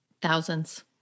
Thousands